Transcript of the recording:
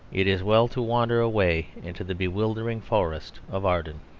it is well to wander away into the bewildering forest of arden.